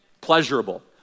pleasurable